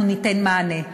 אנחנו ניתן מענה.